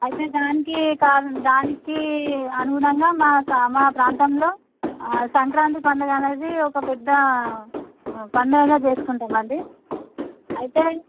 అయితే దానికి కా దానికీ అనుగుణంగా మా కా మా ప్రాంతంలో సంక్రాంతి పండుగ అనేది ఒక పెద్ద పండుగగా చేసుకుంటామండి అయితే